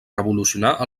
revolucionar